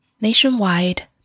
Nationwide